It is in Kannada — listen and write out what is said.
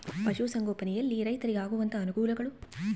ಪಶುಸಂಗೋಪನೆಯಲ್ಲಿ ರೈತರಿಗೆ ಆಗುವಂತಹ ಅನುಕೂಲಗಳು?